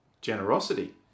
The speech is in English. Generosity